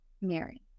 Mary